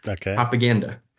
propaganda